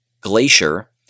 Glacier